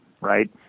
right